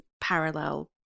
parallel